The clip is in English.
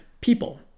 people